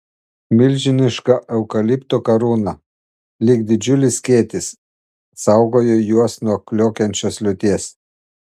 milžiniška eukalipto karūna lyg didžiulis skėtis saugojo juos nuo kliokiančios liūties